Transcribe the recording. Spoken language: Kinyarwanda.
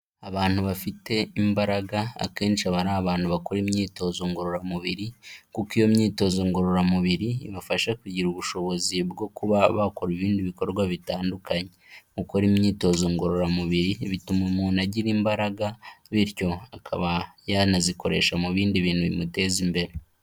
Abantu bafite imbaraga akenshi aba ari abantu bakora imyitozo ngororamubiri kuko iyo myitozo ngororamubiri ibafasha kugira ubushobozi bwo kuba bakora ibindi bikorwa bitandukanye, gukora imyitozo ngororamubiri bituma umuntu agira imbaraga bityo akaba yanazikoresha mu bindi bintu bimuteza imbere.